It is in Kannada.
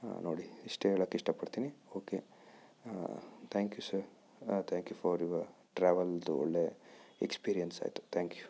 ನೋಡಿ ಇಷ್ಟು ಹೇಳೋಕೆ ಇಷ್ಟಪಡ್ತೀನಿ okay thank you sir thank you for your ಟ್ರಾವೆಲ್ದು ಒಳ್ಳೆ ಎಕ್ಸ್ಪೀರಿಯನ್ಸ್ ಆಯಿತು ಥ್ಯಾಂಕ್ ಯು